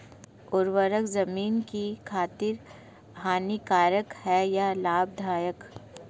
उर्वरक ज़मीन की खातिर हानिकारक है या लाभदायक है?